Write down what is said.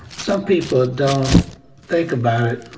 some people don't think about it.